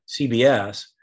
CBS